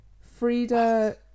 Frida